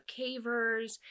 cavers